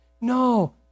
no